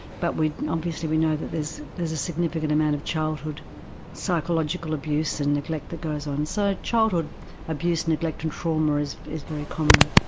but obviously we know that there's there's a significant amount of childhood psychological abuse and neglect that goes on. so childhood abuse, neglect and trauma is is very common.